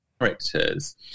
characters